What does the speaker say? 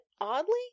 oddly